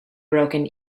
broken